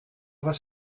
was